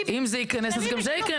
לא, אם זה ייכנס אז גם זה ייכנס.